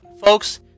folks